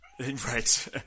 Right